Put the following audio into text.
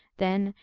then,